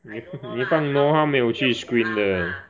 你放 no 他没有去 screen 的